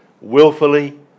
willfully